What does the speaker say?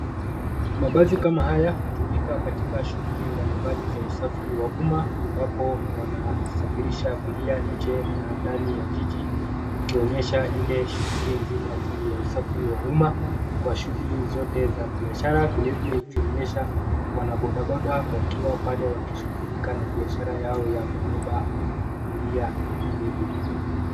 Mabasi kama haya hutumika katika shughuli mbalimbali za usafiri wa umma ambapo wanasafirisha abiria nje na ndani ya jiji ikionyesha ile shughuli nzima tu ya usafiri wa umma kwa shughuli zote za biashara vilevile ikionyesha wanabodaboda wakiwa pale wakishughulika na biashara yao ya kubeba abiria vilevile.